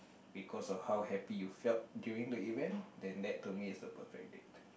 because of how happy you felt during the event then that to me is a perfect date